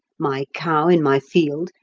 my cow in my field,